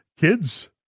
kids